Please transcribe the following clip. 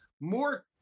more